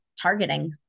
targeting